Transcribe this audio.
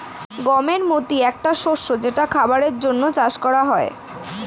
গমের মতি একটা শস্য যেটা খাবারের জন্যে চাষ করা হয়